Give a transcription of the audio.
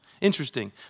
Interesting